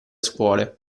scuole